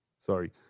sorry